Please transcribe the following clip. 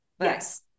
Yes